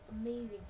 amazing